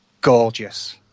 gorgeous